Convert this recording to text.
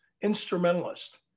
instrumentalist